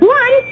one